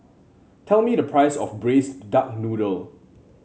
tell me the price of Braised Duck Noodle